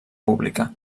pública